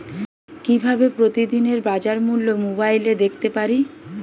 কিভাবে প্রতিদিনের বাজার মূল্য মোবাইলে দেখতে পারি?